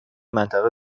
منطقه